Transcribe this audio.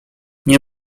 nie